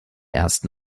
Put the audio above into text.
ersten